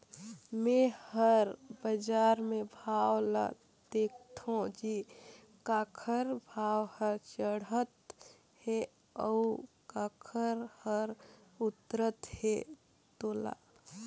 मे हर बाजार मे भाव ल देखथों जी काखर भाव हर चड़हत हे अउ काखर हर उतरत हे तोला